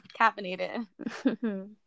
caffeinated